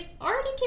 already